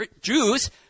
Jews